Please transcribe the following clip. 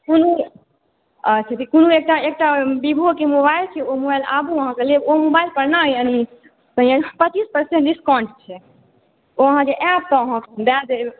कोनो अच्छा तऽ कोनो एकटा वीवो के मोबाइल अहाँ आबु अहाँकेँ लएके होयत तऽ ओ मोबाइल पर पच्चीस परसेन्ट डिस्काउन्ट छै ओ अहाँकेॅं आयब तऽ अहाँकेँ दए देब